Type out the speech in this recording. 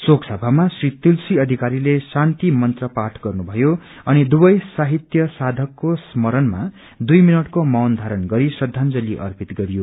shake सभामा श्री तुलसी अधिकारीले शान्ति मन्त्र पाठ गर्नुषयो अनि दुवै साहितय याथकको स्मरणमा दुइ मिनटको मीन धारण गरी श्रदाजली अर्पित गरियो